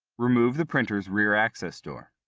remove the printer's rear access door.